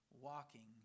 walking